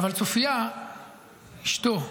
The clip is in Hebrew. אבל צופיה, אשתו,